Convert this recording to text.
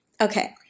Okay